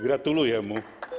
Gratuluję mu.